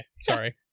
Sorry